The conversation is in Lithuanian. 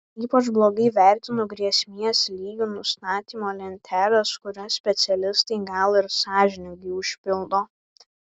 ypač blogai vertinu grėsmės lygių nustatymo lenteles kurias specialistai gal ir sąžiningai užpildo